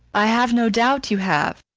i have no doubt you have.